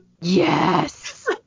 Yes